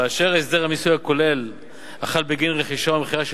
באשר הסדר המיסוי הכולל החל בגין רכישה ומכירה של